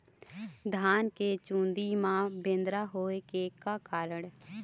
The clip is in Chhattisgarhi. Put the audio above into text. धान के चुन्दी मा बदरा होय के का कारण?